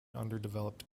underdeveloped